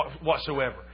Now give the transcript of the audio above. whatsoever